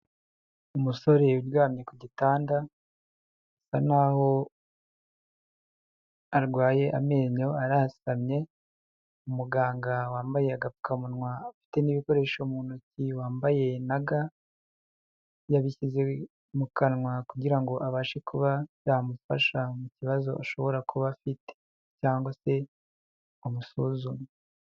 Umusore uryamye ku gitanda, asa n'aho arwaye amenyo arasamye, umuganga wambaye agapfukamunwa afite n'ibikoresho mu ntoki wambaye na ga, yabishyize mu kanwa kugira ngo abashe kuba yamufasha mu kibazo ashobora kuba afite, cyangwa se amusuzume.